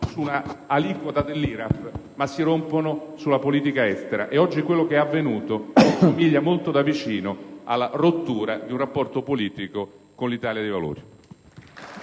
su un'aliquota dell'IRAP, ma sulla politica estera. E oggi quello che è avvenuto somiglia molto da vicino alla rottura di un rapporto politico con l'Italia dei Valori.